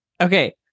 Okay